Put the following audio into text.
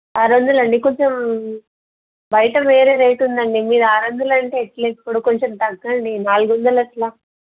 ఆరు వందలాండి కొంచెం బయట వేరే రేట్ ఉందండి మీరు ఆరు వందలు అంటే ఎలా ఇప్పుడు కొంచెం తగ్గండి నాలుగు వందలు అలా